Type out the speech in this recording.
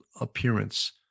appearance